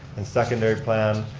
and secondary plan,